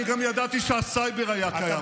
אני גם ידעתי שהסייבר היה קיים פה.